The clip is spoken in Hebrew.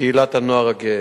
קהילת הנוער הגאה.